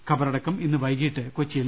ഖബറടക്കം ഇന്ന് വൈകിട്ട് കൊച്ചിയിൽ